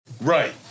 Right